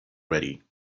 ready